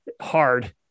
hard